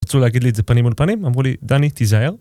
רצו להגיד לי את זה פנים מול פנים, אמרו לי דני תיזהר...